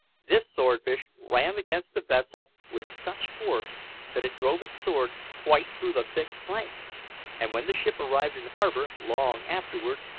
this swordfish ran against the vessel with such force that it drove its sword quite through the thick planks and when the ship arrived in harbour, long afterwards,